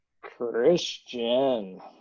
Christian